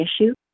issue